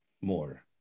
more